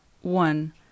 one